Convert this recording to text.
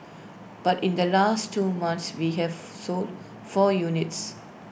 but in the last two months we have sold four units